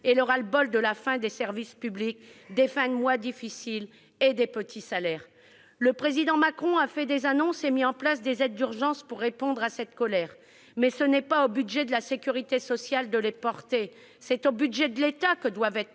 et le ras-le-bol face à la fin des services publics, aux fins de mois difficiles et aux petits salaires. Le président Macron a fait des annonces et mis en place des aides d'urgence pour répondre à cette colère, mais ce n'est pas au budget de la sécurité sociale de les supporter ! C'est au budget de l'État que doivent être